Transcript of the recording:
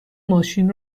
ماشین